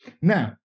Now